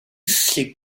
sleep